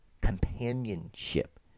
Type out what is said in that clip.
companionship